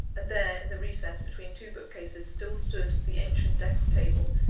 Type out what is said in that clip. and there, in the recess between two bookcases, still stood the ancient desk-table,